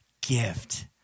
gift